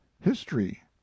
history